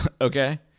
okay